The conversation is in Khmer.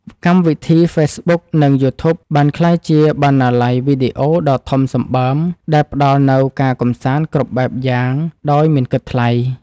កម្មវិធីហ្វេសប៊ុកនិងយូធូបបានក្លាយជាបណ្ណាល័យវីដេអូដ៏ធំសម្បើមដែលផ្ដល់នូវការកម្សាន្តគ្រប់បែបយ៉ាងដោយមិនគិតថ្លៃ។